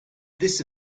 this